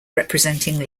representing